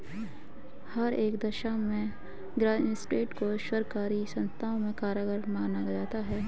हर एक दशा में ग्रास्मेंट को सर्वकारी संस्थाओं में कारगर माना जाता है